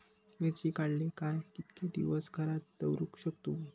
मिर्ची काडले काय कीतके दिवस घरात दवरुक शकतू?